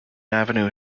avenue